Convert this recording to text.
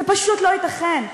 זה פשוט לא ייתכן.